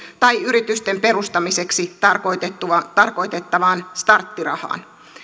tai yritysten perustamiseksi tarkoitettavaan tarkoitettavaan starttirahaan